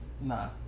Nah